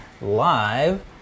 live